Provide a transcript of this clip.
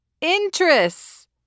interests